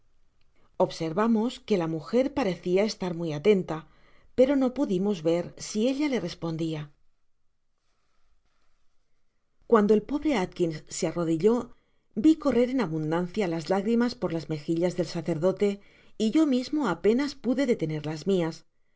observamos que la mujer parecia estar muy atenta pero oo pudimos ver si ella te respondia i content from google book search google book search generated at cuando el pobre atkios searrodilló vi correr en abundan oia las lágrimas por las mejillas del sacerdote y yo mismo apenas pude detener las mias